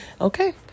okay